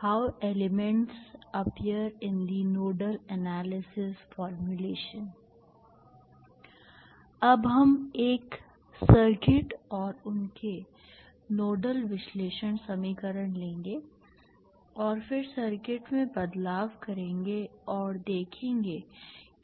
how elements appear in the nodal analysis formulation अब हम एक सर्किट और उसके नोडल विश्लेषण समीकरण लेंगे और फिर सर्किट में बदलाव करेंगे और देखेंगे